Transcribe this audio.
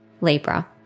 Libra